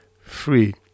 free